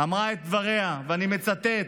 אמרה את דבריה, ואני מצטט: